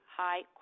high